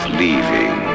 leaving